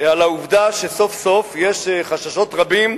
בגלל העובדה שסוף-סוף יש חששות רבים,